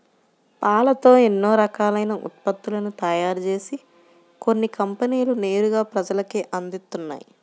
పాలతో ఎన్నో రకాలైన ఉత్పత్తులను తయారుజేసి కొన్ని కంపెనీలు నేరుగా ప్రజలకే అందిత్తన్నయ్